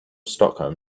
stockholm